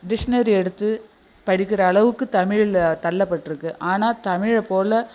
dictionary எடுத்து படிக்கிற அளவுக்கு தமிழில் தள்ளப்பட்டிருக்கு ஆனால் தமிழை போல